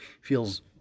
feels